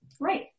Right